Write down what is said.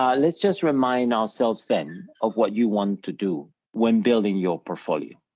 um let's just remind ourselves then of what you want to do when building your portfolio.